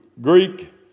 Greek